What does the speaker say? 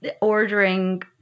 ordering